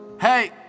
Hey